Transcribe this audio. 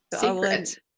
Secret